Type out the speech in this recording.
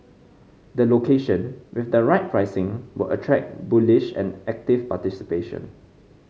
the location with the right pricing will attract bullish and active participation